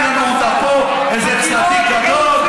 אל תשחק לנו אותה פה איזה צדיק גדול,